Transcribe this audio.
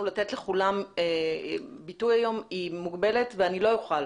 לתת לכולם ביטוי היום היא מוגבלת ואני לא אוכל.